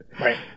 Right